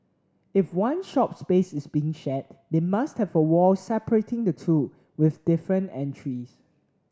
if one shop space is being shared they must have a wall separating the two with different entries